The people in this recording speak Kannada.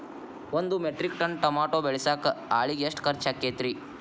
ಒಂದು ಮೆಟ್ರಿಕ್ ಟನ್ ಟಮಾಟೋ ಬೆಳಸಾಕ್ ಆಳಿಗೆ ಎಷ್ಟು ಖರ್ಚ್ ಆಕ್ಕೇತ್ರಿ?